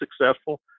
successful